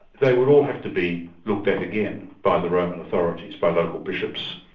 they would all have to be looked at again by the roman authorities, by local bishops,